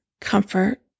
comfort